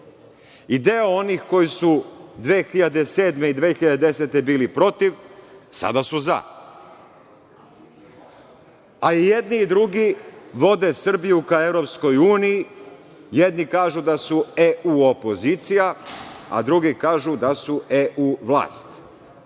i deo onih koji su 2007. i 2010. godine bili „protiv“, sada su „za“, a i jedni i drugi vode Srbiju ka Evropskoj uniji. Jedni kažu da su EU opozicija, a drugi kažu da su EU vlast.